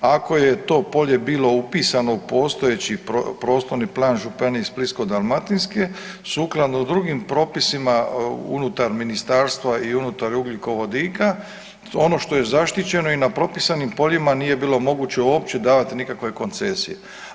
Ako je to polje bilo upisano u postojeći prostorni plan županije Splitsko-dalmatinske sukladno drugim propisima unutar ministarstva i unutar ugljikovodika ono što je zaštićeno i na propisanim poljima nije bilo moguće uopće davati nikakve koncesije.